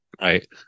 Right